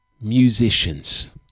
musicians